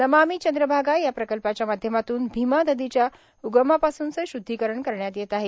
नमामि चंद्रभागा या प्रकल्पाच्या माध्यमातून भीमा नदीच्या उगमापासूनचे श्ध्दीकरण करण्यात येत आहे